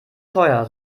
teuer